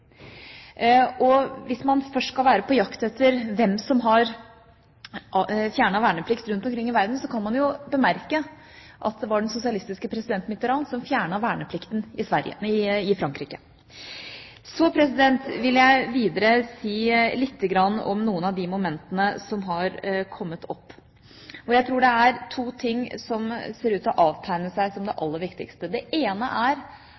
Hvis man først skal være på jakt etter hvem som har fjernet verneplikt rundt om i verden, kan man bemerke at det var den sosialistiske presidenten Mitterrand som fjernet verneplikten i Frankrike. Så vil jeg videre si litt om noen av de momentene som har kommet opp. Jeg mener det er to ting som ser ut til å avtegne seg som det aller viktigste. Det ene er